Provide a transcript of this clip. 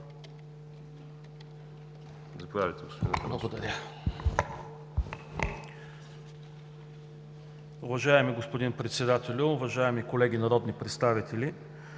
Благодаря